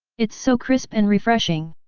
it's so crisp and refreshing!